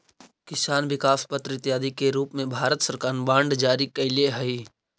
किसान विकास पत्र इत्यादि के रूप में भारत सरकार बांड जारी कैले हइ